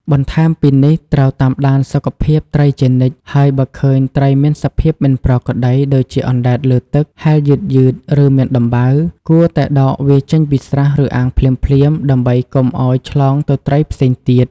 បន្ថែមពីនេះត្រូវតាមដានសុខភាពត្រីជានិច្ច ហើយបើឃើញត្រីមានសភាពមិនប្រក្រតី ដូចជាអណ្ដែតលើទឹក ហែលយឺតៗ ឬមានដំបៅ គួរតែដកវាចេញពីស្រះ ឬអាងភ្លាមៗ ដើម្បីកុំឲ្យឆ្លងទៅត្រីផ្សេងទៀត។